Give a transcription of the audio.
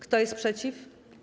Kto jest przeciw?